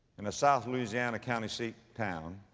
in a south louisiana county seat town.